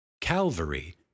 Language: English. Calvary